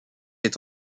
est